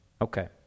Okay